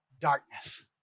darkness